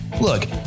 Look